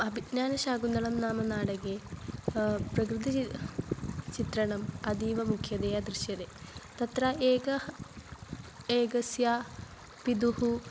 अभिज्ञानशाकुन्तलं नाम नाटके प्रकृतेः चि चित्रणम् अतीव मुख्यतया दृश्यते तत्र एकः एकस्य पितुः